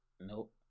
Nope